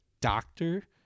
doctor